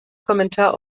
kommentar